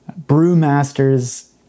brewmasters